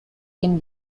can